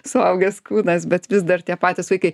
suaugęs kūnas bet vis dar tie patys vaikai